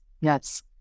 Yes